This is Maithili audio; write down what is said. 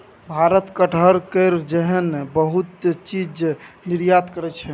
भारत कटहर, केरा जेहन बहुते चीज निर्यात करइ छै